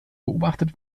beobachtet